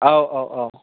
औ औ औ